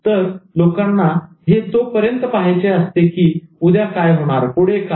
तर लोकांना हे तोपर्यंत पाहायचे असते की उद्या काय होणार पुढे काय